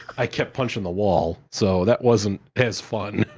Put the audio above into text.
i kept punching the wall, so that wasn't as fun.